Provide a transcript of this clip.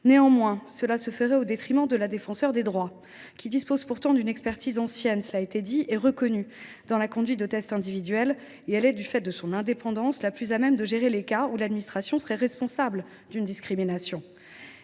renforcement se ferait au détriment de la Défenseure des droits, qui dispose pourtant – cela a été dit – d’une expertise ancienne et reconnue dans la conduite de tests individuels et qui est, du fait de son indépendance, la plus à même de gérer les cas où l’administration serait responsable d’une discrimination.